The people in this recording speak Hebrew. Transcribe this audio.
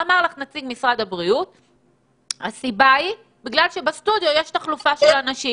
אמר לך נציג משרד הבריאות שזאת מכיוון שבסטודיו יש תחלופה של אנשים.